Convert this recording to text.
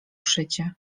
szycie